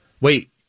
Wait